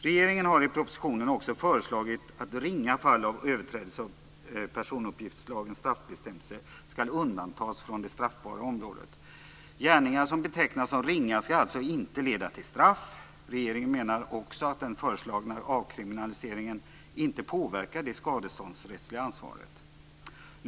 Regeringen har i propositionen också föreslagit att ringa fall av överträdelse av personuppgiftslagens straffbestämmelse ska undantas från det straffbara området. Gärningar som betecknas som ringa ska alltså inte leda till straff. Regeringen menar också att den föreslagna avkriminaliseringen inte påverkar det skadeståndsrättsliga ansvaret.